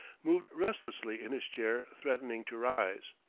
moved restlessly in his chair, threatening to rise.